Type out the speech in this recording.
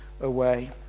away